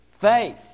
Faith